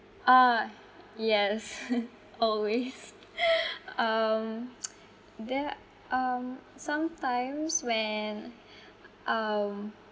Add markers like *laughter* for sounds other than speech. ah yes *laughs* always *laughs* um *noise* there um sometimes when um